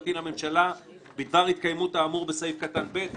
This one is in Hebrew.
המשפטי לממשלה בדבר התקיימות האמור בסעיף קטן (ב)".